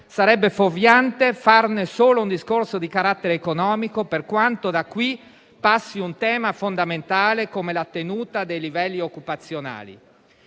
sarebbe fuorviante farne solo un discorso di carattere economico, per quanto da qui passi un tema fondamentale come la tenuta dei livelli occupazionali.